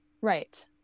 right